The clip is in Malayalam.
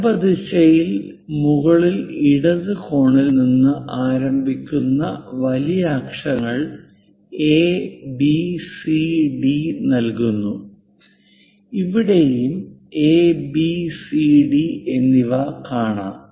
ലംബ ദിശയിൽ മുകളിൽ ഇടത് കോണിൽ നിന്ന് ആരംഭിക്കുന്ന വലിയ അക്ഷരങ്ങൾ എ ബി സി ഡി നൽകുന്നു ഇവിടെയും A B C D A B C D എന്നിവ കാണാം